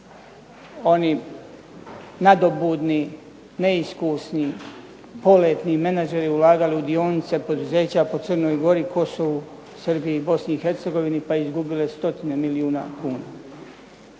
oni nadobudni neiskusni poletni menadžeri ulagali u dionice poduzeća po Crnoj Gori, Kosovu, Srbiji, Bosni i Hercegovini, pa izgubile stotine milijuna kuna.